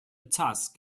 tusk